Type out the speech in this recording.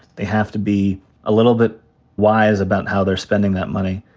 they have to be a little bit wise about how they're spending that money.